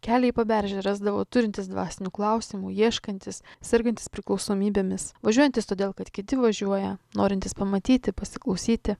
kelią į paberžę rasdavo turintys dvasinių klausimų ieškantys sergantys priklausomybėmis važiuojantys todėl kad kiti važiuoja norintys pamatyti pasiklausyti